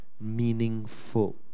meaningful